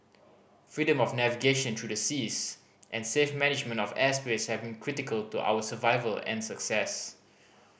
freedom of navigation through the seas and safe management of airspace seven critical to our survival and success